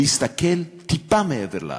להסתכל טיפה מעבר לאף,